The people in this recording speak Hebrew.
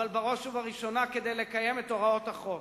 אבל בראש ובראשונה כדי לקיים את הוראות החוק.